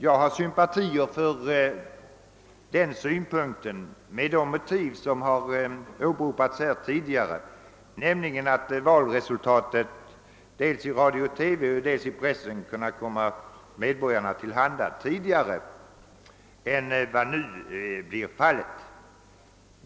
Jag har sympatier för denna tanke med hänsyn till de motiv som tidigare under debatten åberopats, nämligen att valresultatet dels genom radio och TV, dels genom pressen då kunde komma medborgarna till handa snabbare än vad som hittills varit fallet.